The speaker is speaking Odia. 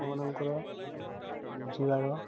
ଲୋକମାନଙ୍କର ବୁଝିବାର